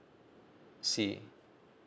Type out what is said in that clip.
C